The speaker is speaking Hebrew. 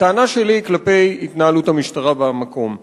הטענה שלי היא כלפי התנהלות המשטרה במקום.